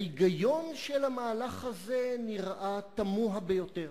ההיגיון של המהלך זה נראה תמוה ביותר,